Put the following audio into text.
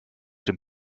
dem